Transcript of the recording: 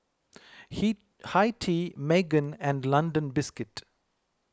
Hi Tea Megan and London Biscuits